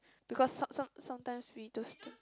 because some some sometimes those don't